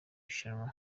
rushanwa